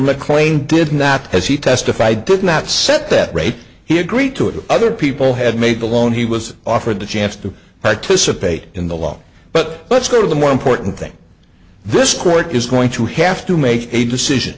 mclean did not as he testified took not set that rate he agreed to it other people had made the loan he was offered the chance to participate in the law but let's go to the more important thing this court is going to have to make a decision